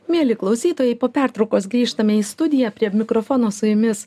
mieli klausytojai po pertraukos grįžtame į studiją prie mikrofono su jumis